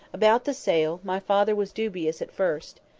about the sale, my father was dubious at first.